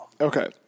Okay